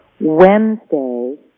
Wednesday